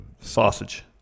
Sausage